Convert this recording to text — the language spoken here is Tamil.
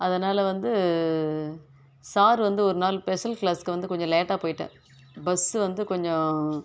அதனால் வந்து சார் வந்து ஒரு நாள் ஸ்பெஷல் க்ளாஸுக்கு வந்து கொஞ்சம் லேட்டாக போயிட்டேன் பஸ்ஸு வந்து கொஞ்சம்